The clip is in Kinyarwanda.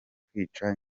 kwica